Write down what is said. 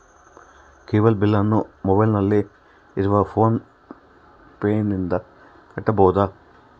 Cable ಬಿಲ್ಲನ್ನು ಮೊಬೈಲಿನಲ್ಲಿ ಇರುವ ಫೋನ್ ಪೇನಿಂದ ಕಟ್ಟಬಹುದಾ?